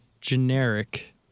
generic